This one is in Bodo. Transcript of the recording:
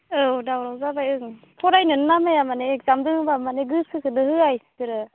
औ दावराव जाबाय ओं फरायनोनो नामाया माने एकजाम दोङोब्ला माने गोसोखोनो होआ इसोरो